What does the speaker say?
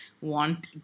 want